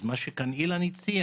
אז מה שכאן אילן הציע